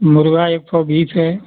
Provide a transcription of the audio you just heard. मुर्ग़ा एक सौ बीस है